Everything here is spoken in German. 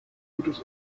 gutes